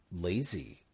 lazy